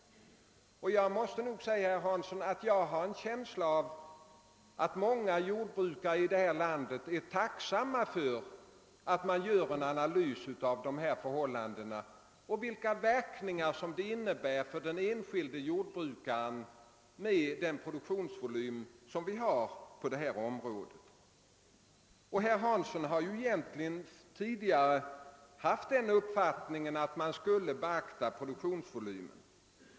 Jag måste nog säga, herr Hansson, att jag har en känsla av att många jordbrukare i detta land är tacksamma för att man gör en analys av dessa förhållanden och undersöker vilka verkningar produktionsvolymen har för den enskilde jordbrukaren. Herr Hansson har ju faktiskt tidigare haft den uppfattningen, att man skulle beakta produktionsvolymen.